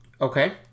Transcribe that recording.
Okay